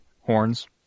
Horns